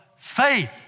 Faith